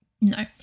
no